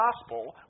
gospel